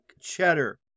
cheddar